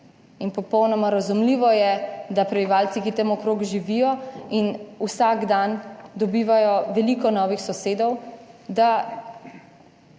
In popolnoma razumljivo je, da prebivalci, ki tam okrog živijo in vsak dan dobivajo veliko novih sosedov, da